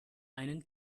einen